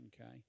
okay